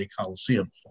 Coliseum